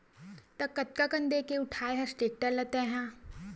त कतका कन देके उठाय हस टेक्टर ल तैय हा?